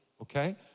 Okay